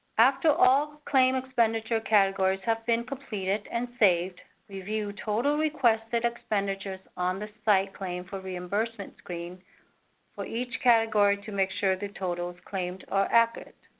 after all claim expenditure categories have been completed and saved, review total requested expenditures on the site claim for reimbursement screen for each category to make sure the totals claimed are accurate.